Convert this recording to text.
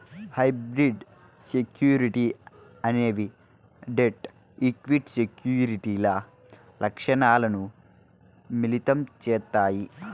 hybrid సెక్యూరిటీలు అనేవి debt, equity సెక్యూరిటీల లక్షణాలను మిళితం చేత్తాయి